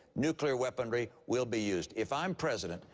nuclear weaponry will be used. if i am president,